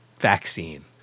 vaccine